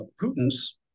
Putin's